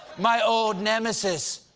my old nemesis,